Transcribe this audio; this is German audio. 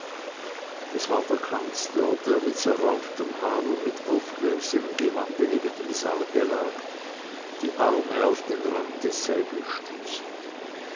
es war der kanzler der mit zerrauftem haar und aufgerissenem gewande neben dem sarge lag die arme auf den rand desselben stützend